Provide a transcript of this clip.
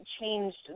changed